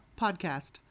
podcast